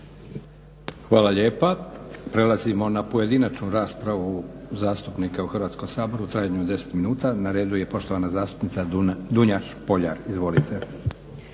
Hvala lijepa. Prelazimo na pojedinačnu raspravu zastupnika u Hrvatskom saboru u trajanju od 10 minuta. Na redu je poštovana zastupnica Dunja Špoljar. Izvolite.